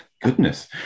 Goodness